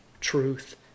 truth